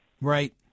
Right